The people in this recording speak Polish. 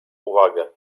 uwagę